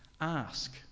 ask